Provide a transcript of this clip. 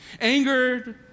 angered